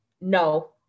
no